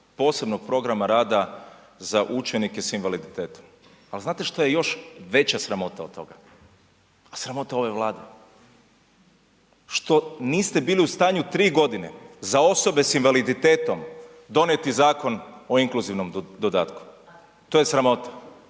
posebnog programa rada za učenike sa invaliditetom. Ali znate što je još veća sramota od toga? Sramota ove Vlade što niste bili u stanju 3 g. za osobe sa invaliditetom donijet Zakon o inkluzivnom dodatku. To je sramota,